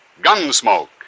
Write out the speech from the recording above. Gunsmoke